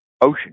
ocean